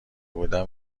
بودن